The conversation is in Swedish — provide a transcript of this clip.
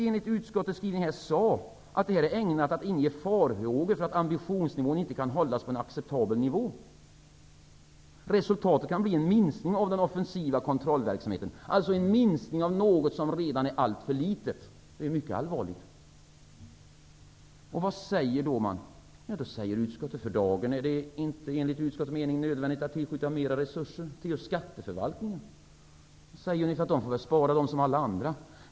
Enligt utskottet sade verket att det här är ägnat att inge farhågor för att ambitionen inte kan hållas på en acceptabel nivå. Resultatet kan bli en minskning av den offensiva kontrollverksamheten. Det är således fråga om en minskning av något som redan är alltför litet. Det är mycket allvarligt. Vad säger då utskottet? Utskottet säger att det för dagen enligt utskottets mening inte är nödvändigt att tillskjuta mera resurser till just skatteförvaltningen. Där får man väl spara som på alla andra ställen.